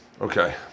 Okay